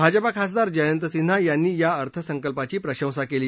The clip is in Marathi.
भाजपा खासदार जयंत सिन्हा यांनी या अर्थसंकल्पाची प्रशंसा केली